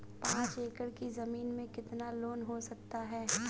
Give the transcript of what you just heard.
पाँच एकड़ की ज़मीन में कितना लोन हो सकता है?